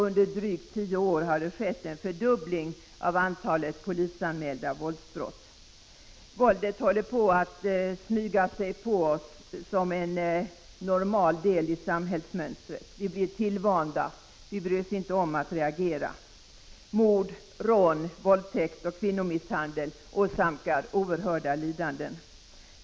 Under drygt 10 år har det skett en fördubbling av antalet polisanmälda våldsbrott. Våldet håller på att smyga sig på oss som en fullt normal del i samhällsmönstret. Vi blir tillvanda — bryr oss inte om att reagera. Mord, rån, våldtäkt och kvinnomisshandel åsamkar oerhörda lidanden.